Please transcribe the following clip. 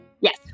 Yes